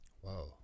whoa